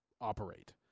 operate